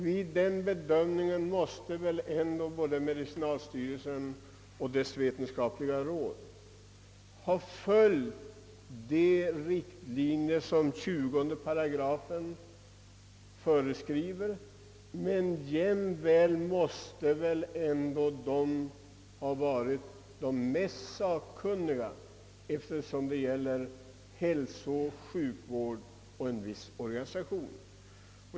Vid bedömningen måste väl både medicinalstyrelsen och dess vetenskapliga råd ha följt de riktlinjer som 20 8 föreskriver, och de måste väl också ha varit de mest sakkunniga eftersom det här gäller hälsooch sjukvård.